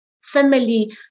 family